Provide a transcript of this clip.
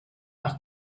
nach